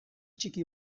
ttiki